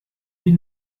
die